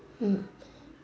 mm